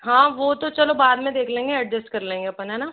हाँ वो तो चलो बाद में देख लेंगे एडजस्ट कर लेंगे हम हैं ना